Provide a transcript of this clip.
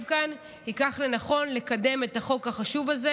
כאן יחשוב לנכון לקדם את החוק החשוב הזה,